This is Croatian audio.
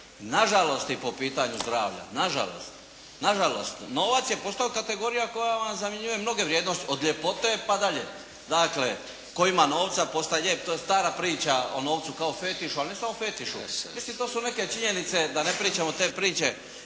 na žalost i po pitanju zdravlja. Na žalost! Novac je postao kategorija koja vam zamjenjuje mnoge vrijednosti od ljepote pa dalje. Dakle, tko ima novca postaje lijep. To je stara priča o novcu kao fetišu, ali ne samo fetišu. To su neke činjenice da ne pričamo te priče.